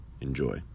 enjoy